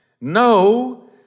no